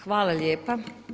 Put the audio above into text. Hvala lijepa.